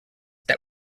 that